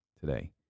today